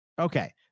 okay